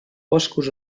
boscos